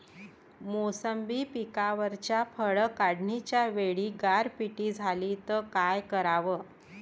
मोसंबी पिकावरच्या फळं काढनीच्या वेळी गारपीट झाली त काय कराव?